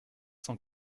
cent